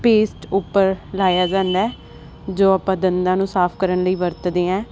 paste ਉੱਪਰ ਲਾਇਆ ਜਾਂਦਾ ਹੈ ਜੋ ਆਪਾਂ ਦੰਦਾਂ ਨੂੰ ਸਾਫ਼ ਕਰਨ ਲਈ ਵਰਤਦੇ ਹੈ